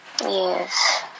Yes